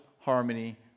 Harmony